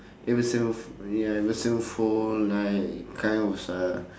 avenged sevenf~ ya avenged sevenfold like kind of style